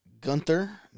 Gunther